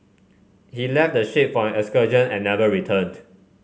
he left the ship for an excursion and never returned